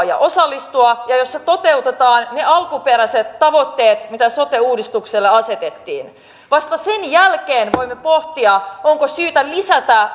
ja osallistua ja jossa toteutetaan ne alkuperäiset tavoitteet mitä sote uudistukselle asetettiin vasta sen jälkeen voimme pohtia onko syytä lisätä